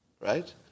right